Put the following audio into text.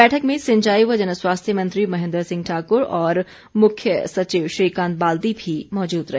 बैठक में सिंचाई व जनस्वास्थ्य मंत्री महेन्द्र सिंह ठाकुर और मुख्य सचिव श्रीकांत बाल्दी भी मौजूद रहे